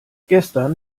gestern